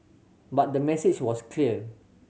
but the message was clear